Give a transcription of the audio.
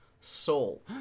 Soul